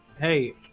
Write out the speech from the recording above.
Hey